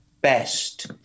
best